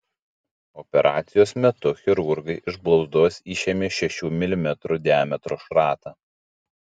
operacijos metu chirurgai iš blauzdos išėmė šešių milimetrų diametro šratą